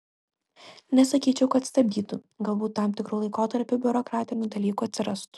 nesakyčiau kad stabdytų galbūt tam tikru laikotarpiu biurokratinių dalykų atsirastų